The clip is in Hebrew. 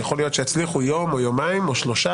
יכול להיות שיצליחו יום או יומיים או שלושה